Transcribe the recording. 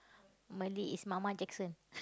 Malay is mama Jackson